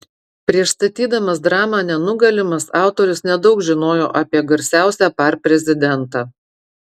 prieš statydamas dramą nenugalimas autorius nedaug žinojo apie garsiausią par prezidentą